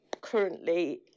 currently